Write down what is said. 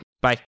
Bye